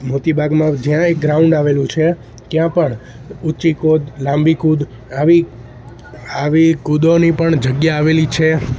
મોતીબાગમાં જ્યાં એક ગ્રાઉન્ડ આવેલું છે ત્યાં પણ ઊંચી કૂદ લાંબી કૂદ આવી આવી કૂદોની પણ જગ્યા આવેલી છે